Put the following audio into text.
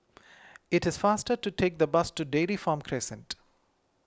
it is faster to take the bus to Dairy Farm Crescent